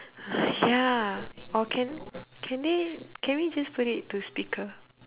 !hais! ya or can can they can we just put it to speaker